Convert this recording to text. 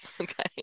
Okay